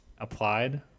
applied